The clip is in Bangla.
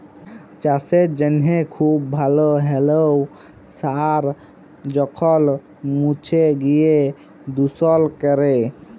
চাসের জনহে খুব ভাল হ্যলেও সার যখল মুছে গিয় দুষল ক্যরে